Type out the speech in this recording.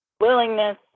willingness